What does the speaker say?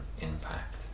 impact